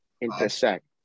intersect